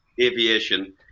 aviation